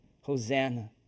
Hosanna